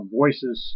voices